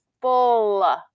full